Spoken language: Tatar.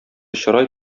чырай